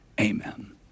amen